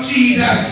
Jesus